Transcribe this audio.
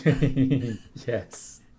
Yes